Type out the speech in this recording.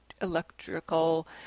electrical